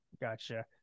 Gotcha